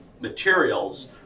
materials